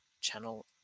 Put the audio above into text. channel